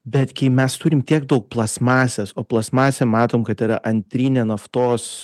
bet kai mes turim tiek daug plastmasės o plastmasė matom kad yra antrinė naftos